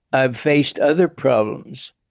i've faced other problems.